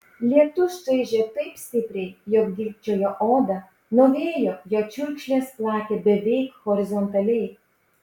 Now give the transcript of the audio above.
lietus čaižė taip stipriai jog dilgčiojo odą nuo vėjo jo čiurkšlės plakė beveik horizontaliai